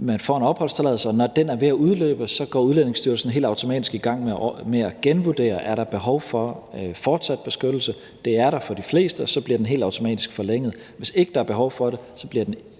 man får en opholdstilladelse, og når den er ved at udløbe, går Udlændingestyrelsen helt automatisk i gang med at genvurdere, om der er behov for fortsat beskyttelse. Det er der for de fleste, og så bliver den helt automatisk forlænget. Hvis ikke der er behov for det, så bliver den